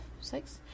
six